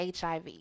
HIV